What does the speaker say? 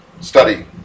study